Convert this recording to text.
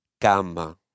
cama